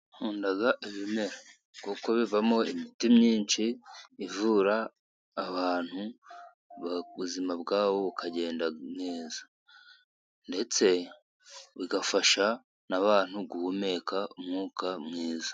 Nkunda ibimera. Kuko bivamo imiti myinshi ivura abantu, ubuzima bwabo bukagenda neza. Ndetse bigafasha n'abantu guhumeka umwuka mwiza.